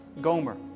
Gomer